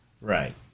Right